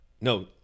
No